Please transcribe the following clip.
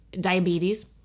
diabetes